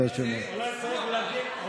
זה שאתה מציין את זה, זאת הבעיה.